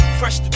fresh